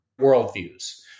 worldviews